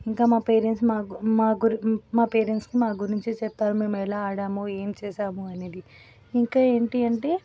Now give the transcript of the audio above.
ఇంకా మా పేరెంట్స్ మాకు మా పేరెంట్స్కి మా గురించి చెప్తారు మేము ఎలా ఆడము ఏం చేసాము అనేది ఇంకా ఏంటి అంటే